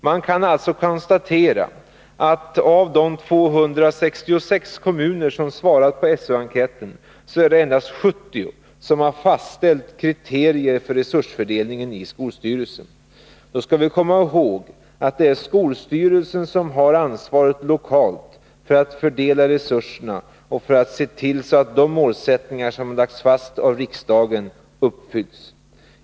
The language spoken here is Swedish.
Man kan alltså konstatera att av de 266 kommuner som svarat på SÖ-enkäten är det endast 70 som har fastställt kriterier för resursfördelningen i skolstyrelsen. Då skall vi komma ihåg att det är skolstyrelsen som har ansvaret lokalt för att fördela resurserna och för att se till att de mål som har lagts fast av riksdagen uppfylls.